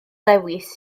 lewis